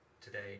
today